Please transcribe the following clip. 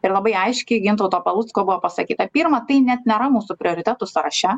ir labai aiškiai gintauto palucko buvo pasakyta pirma tai net nėra mūsų prioritetų sąraše